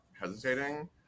hesitating